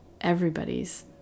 Everybody's